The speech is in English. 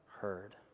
heard